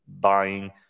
buying